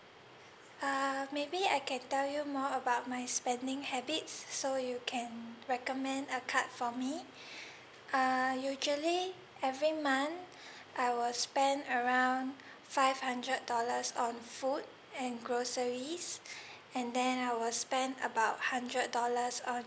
uh maybe I can tell you more about my spending habits so you can recommend a card for me uh usually every month I will spend around five hundred dollars on food and groceries and then I will spend about hundred dollars on